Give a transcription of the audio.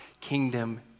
kingdom